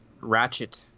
Ratchet